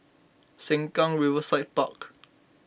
Sengkang Riverside Park